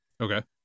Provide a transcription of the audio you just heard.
Okay